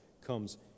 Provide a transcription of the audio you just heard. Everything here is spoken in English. comes